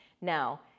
Now